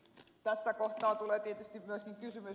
tässä kohtaa tulee tietysti myöskin kysymys